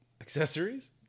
Accessories